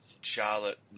Charlotte